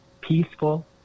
peaceful